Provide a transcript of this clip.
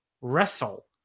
Wrestle